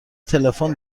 تلفن